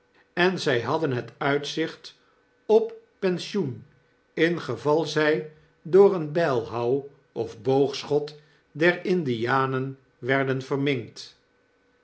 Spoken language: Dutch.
en zy hadden het uitzicht op pensioen ingeval zij door een bijlhouw of boogschot der indianen werden verminkt